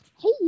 Hey